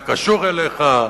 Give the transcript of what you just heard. היה קשור אליך,